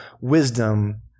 wisdom